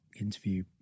interview